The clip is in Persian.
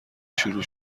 شروع